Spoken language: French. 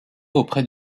auprès